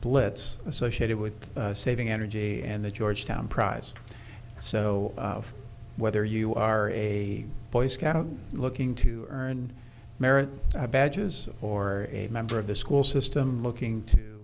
blitz associated with saving energy and the georgetown prize so whether you are a boy scout looking to earn merit badges or a member of the school system looking to